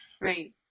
right